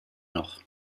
noch